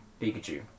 Pikachu